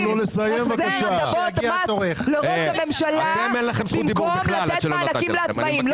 החזר הטבות מס לראש הממשלה במקום לתת מענקים לעצמאים.